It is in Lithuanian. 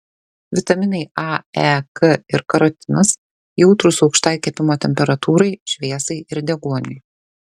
vitaminai a e k ir karotinas jautrūs aukštai kepimo temperatūrai šviesai ir deguoniui